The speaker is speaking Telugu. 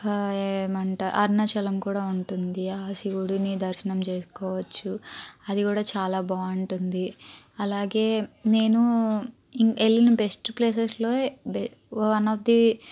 ఏమంటారు అరుణాచలం కూడా ఉంటుంది శివుడుని దర్శనం చేసుకోవచ్చు అదికూడా చాలా బాగుంటుంది అలాగే నేను వెళ్లిన బెస్ట్ ప్లేసెస్లో వన్ ఆఫ్ ది